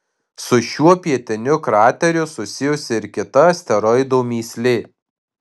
su šiuo pietiniu krateriu susijusi ir kita asteroido mįslė